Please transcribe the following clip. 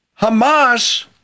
Hamas